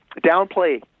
downplay